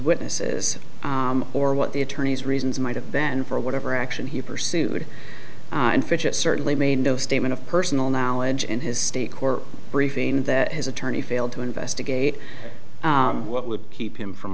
witnesses or what the attorney's reasons might have been for whatever action he pursued and fishes certainly made no statement of personal knowledge in his stake or briefing that his attorney failed to investigate what would keep him from